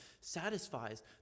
satisfies